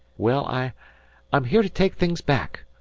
well, i i'm here to take things back,